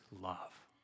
love